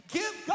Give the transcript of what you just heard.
give